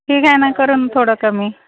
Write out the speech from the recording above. ठीक आहे ना करू न थोडं कमी